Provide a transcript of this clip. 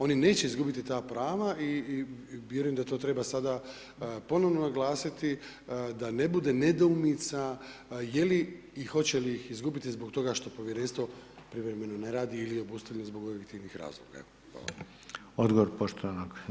Oni neće izgubiti ta prava i vjerujem da to treba sada ponovno naglasiti da ne bude nedoumica je li i hoće li ih izgubiti zbog toga što povjerenstvo privremeno ne radi ili je obustavljeno zbog objektivnih razloga.